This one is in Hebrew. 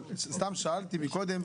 אבל סתם שאלתי קודם,